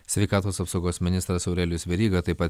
sveikatos apsaugos ministras aurelijus veryga taip pat